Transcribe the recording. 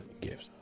gifts